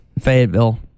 Fayetteville